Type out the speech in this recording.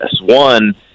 One